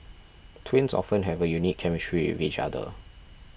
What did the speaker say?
twins often have a unique chemistry with each other